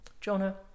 Jonah